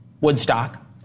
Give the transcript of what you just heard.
Woodstock